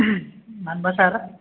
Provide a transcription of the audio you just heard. मानोबा सार